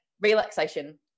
relaxation